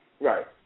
Right